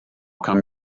come